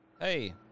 Hey